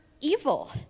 evil